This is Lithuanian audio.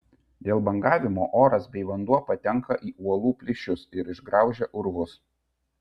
dėl bangavimo oras bei vanduo patenka į uolų plyšius ir išgraužia urvus